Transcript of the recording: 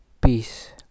Peace